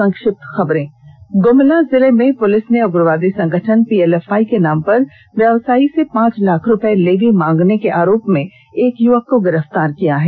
संक्षिप्त खबरें गुमला जिले में पुलिस ने उग्रवादी संगठन पीएलएफआई के नाम पर व्यवसायी से पांच लाख रुपए लेवी मांगने के आरोप में एक युवक को गिरफ्तार किया है